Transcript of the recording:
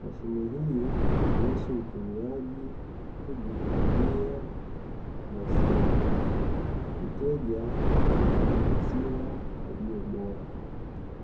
Mashine hii humruhusu mtumiaji kujihudumia maziwa. Mteja anapata maziwa yaliyo bora.